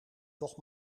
toch